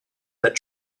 that